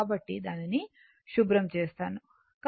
కాబట్టి దానిని శుభ్రం చేస్తాను